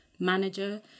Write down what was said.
manager